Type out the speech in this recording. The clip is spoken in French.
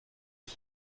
qui